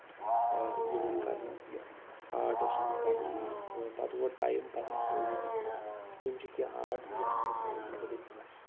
یِوان کرنہٕ یہِ آرٹ اوس یِوان کرنہٕ تہٕ پَتہٕ ووت ٹایم پَتہٕ مۄکلیوو یہِ تہِ تہٕ یِم چھِ کیٚنٛہہ آرٹ یِم ہِندُستانَس مُتعلِق ٲسۍ